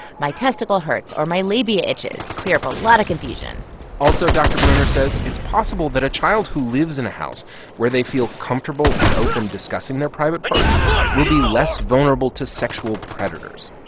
my testicle hurts or my labia itches clear up a lot of confusion also dr. breuner says it's possible that a child who lives in a house where they feel comfortable and open discussing their private parts will be less vulnerable to sexual predators.